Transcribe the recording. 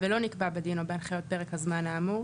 ולא נקבע בדין או בהנחיות או בפרק הזמן האמור,